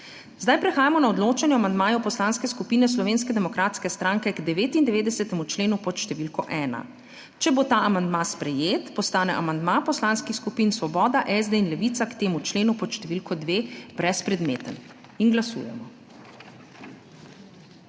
Zdaj prehajamo na odločanje o amandmaju Poslanske skupine Slovenske demokratske stranke k 99. členu pod številko 1. Če bo ta amandma sprejet, postane amandma Poslanskih skupin Svoboda, SD in Levica k temu členu pod številko 2 brezpredmeten. Glasujemo.